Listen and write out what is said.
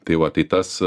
tai va tai tas